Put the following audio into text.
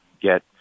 get